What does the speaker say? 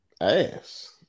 ass